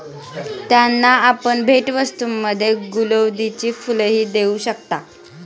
त्यांना आपण भेटवस्तूंमध्ये गुलौदीची फुलंही देऊ शकता